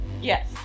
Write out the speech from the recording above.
Yes